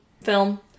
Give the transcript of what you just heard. film